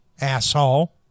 asshole